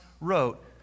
wrote